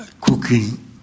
cooking